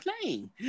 playing